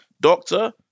doctor